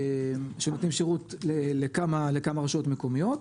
שנותנים שירות לכמה רשויות מקומיות.